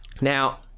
now